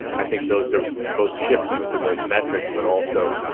and i think those are both shifting to those metrics. but also,